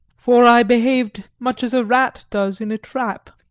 for i behaved much as a rat does in a trap.